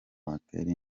watera